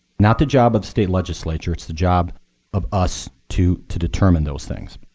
not the job of state legislature. it's the job of us to to determine those things.